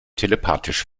telepathisch